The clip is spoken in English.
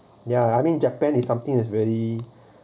ya I mean japan is something that's very